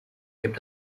gibt